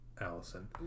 Allison